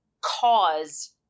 cause